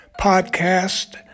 Podcast